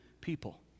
people